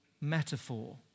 metaphor